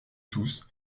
tous